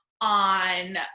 on